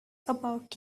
about